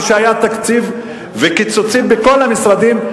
כשהיו קיצוצים בכל המשרדים,